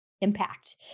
impact